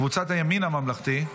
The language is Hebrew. קבוצת הימין הממלכתי?